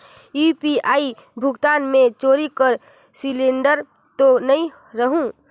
UPI भुगतान मे चोरी कर सिलिंडर तो नइ रहु?